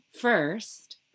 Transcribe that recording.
first